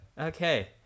Okay